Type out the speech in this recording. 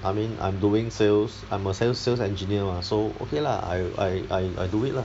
I mean I'm doing sales I'm a sales sales engineer mah so okay lah I I I do it lah